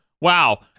wow